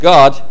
God